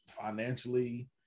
financially